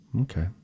Okay